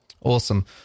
Awesome